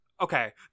okay